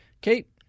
kate